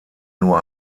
nur